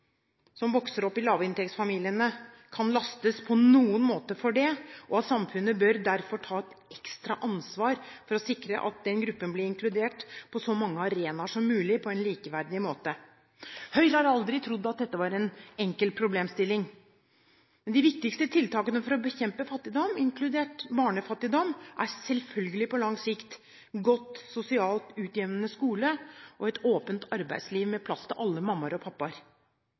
som vokser opp i lavinntektsfamiliene, kan lastes på noen måte for det, og at samfunnet derfor bør ta et ekstra ansvar for å sikre at den gruppen blir inkludert på så mange arenaer som mulig, på en likeverdig måte. Høyre har aldri trodd at dette var en enkel problemstilling, men de viktigste tiltakene for å bekjempe fattigdom, inkludert barnefattigdom, er selvfølgelig på lang sikt godt sosialt utjevnende skoler og et åpent arbeidsliv med plass til alle mammaer og pappaer.